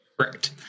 Correct